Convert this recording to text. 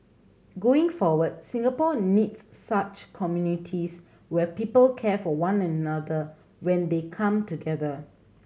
going forward Singapore needs such communities where people care for one another when they come together